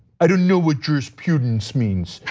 i don't know what jurisprudence means.